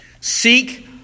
seek